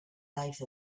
life